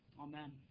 Amen